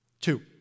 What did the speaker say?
Two